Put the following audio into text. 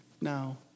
No